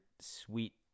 sweet